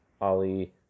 Ali